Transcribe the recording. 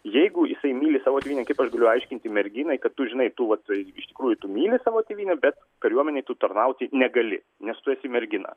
jeigu jisai myli savo tėvynę kaip aš galiu aiškinti merginai kad tu žinai tu vat iš tikrųjų tu myli savo tėvynę bet kariuomenėj tu tarnauti negali nes tu esi mergina